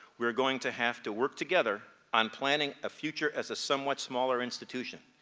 we're going to have to work together on planning a future as a somewhat smaller institution.